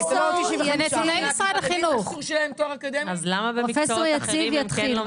זה לא 95%. פרופ' יציב יתחיל.